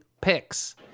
picks